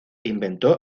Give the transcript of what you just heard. inventó